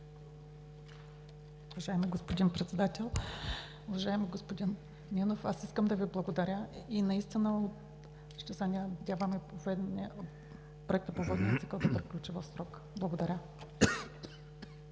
Уважаеми господин Председател! Уважаеми господин Димов, аз искам да Ви благодаря и наистина ще се надяваме Проектът по водния цикъл да приключи в срок. Благодаря.